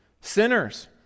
Sinners